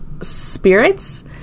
spirits